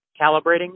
calibrating